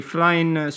Flying